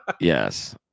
yes